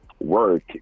work